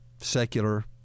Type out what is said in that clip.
secular